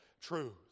truth